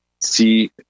see